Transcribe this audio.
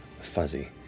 fuzzy